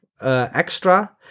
extra